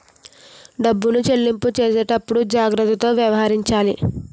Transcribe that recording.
డబ్బులు చెల్లింపు చేసేటప్పుడు జాగ్రత్తతో వ్యవహరించాలి